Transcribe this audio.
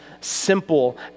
simple